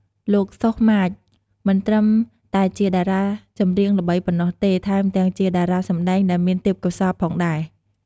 លោក សុះ ម៉ាច មិនត្រឹមតែជាតារាចម្រៀងល្បីប៉ុណ្ណោះទេ ថែមទាំងជាតារាសម្តែងដែលមានទេពកោសល្យផងដែរ។